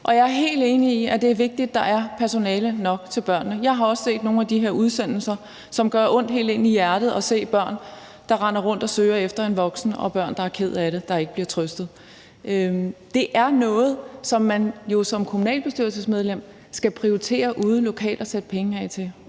jeg er helt enig i, at det er vigtigt, at der er personale nok til børnene. Jeg har også set nogle af de her udsendelser, og det gør ondt helt ind i hjertet at se børn, der render rundt og søger efter en voksen, og børn, der er kede af det, som ikke bliver trøstet. Det er noget, som man jo som kommunalbestyrelsesmedlem skal prioritere ude lokalt og sætte penge af til.